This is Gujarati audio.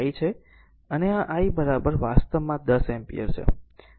તેથી આ I છે આ rIઅને આ I વાસ્તવમાં 10 એમ્પીયર છે